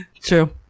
True